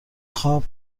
خواب